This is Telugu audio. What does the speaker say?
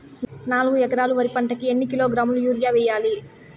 నాలుగు ఎకరాలు వరి పంటకి ఎన్ని కిలోగ్రాముల యూరియ వేయాలి?